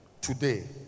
today